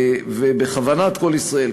בכוונת "קול ישראל",